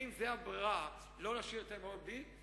אז אם זאת הברירה, לא נשאיר את האמהות בלי.